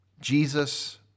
Jesus